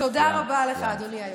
תודה רבה לך, אדוני היו"ר.